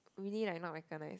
really like no recognise